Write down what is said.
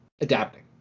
adapting